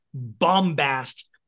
bombast